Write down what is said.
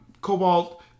Cobalt